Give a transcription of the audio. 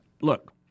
look